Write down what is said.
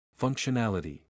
Functionality